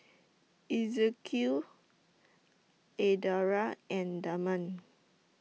Ezekiel Adria and Damian